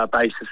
basis